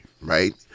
right